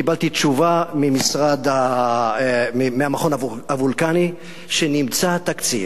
קיבלתי תשובה ממכון וולקני שנמצא תקציב,